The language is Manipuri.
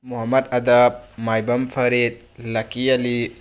ꯃꯣꯍꯣꯃꯠ ꯑꯗꯥꯞ ꯃꯥꯏꯕꯝ ꯐꯔꯤꯠ ꯂꯀꯤ ꯑꯂꯤ